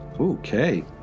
Okay